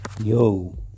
Yo